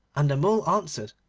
and the mole answered,